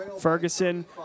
Ferguson